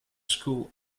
school